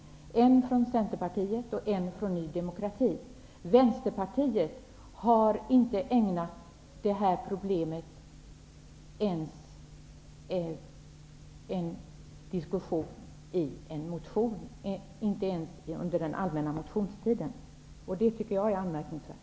Det är en motion från Centerpartiet och en från Ny demokrati. Vänsterpartiet har inte ägnat detta problem ens en motion under den allmänna motionstiden. Det tycker jag är anmärkningsvärt.